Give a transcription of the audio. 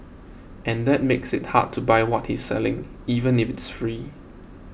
and that makes it hard to buy what he's selling even if it's free